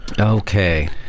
Okay